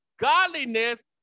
Godliness